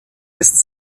ist